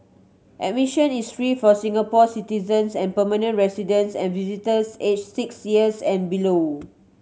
admission is free for Singapore citizens and permanent residents and visitors aged six years and below